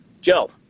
Joe